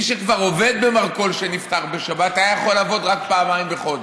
מי שכבר עובד במרכול שנפתח בשבת יוכל לעבוד רק פעמיים בחודש,